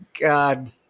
God